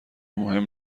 مهم